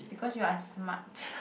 because you're smart